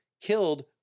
killed